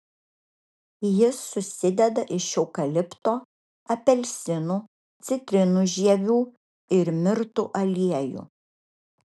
jis susideda iš eukalipto apelsinų citrinų žievių ir mirtų aliejų